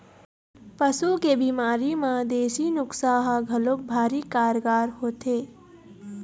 पशु के बिमारी म देसी नुक्सा ह घलोक भारी कारगार होथे